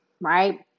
Right